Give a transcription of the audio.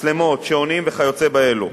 מצלמות, שעונים וכיוצא באלו,